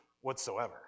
whatsoever